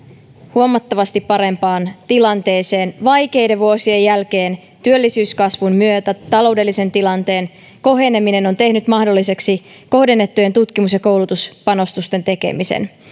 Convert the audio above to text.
huomattavasti parempaan tilanteeseen vaikeiden vuosien jälkeen työllisyyskasvun myötä taloudellisen tilanteen koheneminen on tehnyt mahdolliseksi kohdennettujen tutkimus ja koulutuspanostusten tekemisen